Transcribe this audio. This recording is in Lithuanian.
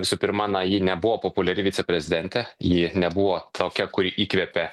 visų pirma na ji nebuvo populiari viceprezidentė ji nebuvo tokia kuri įkvepia